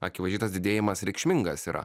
akivaizdžiai tas didėjimas reikšmingas yra